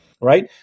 right